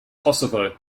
kosovo